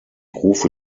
rufe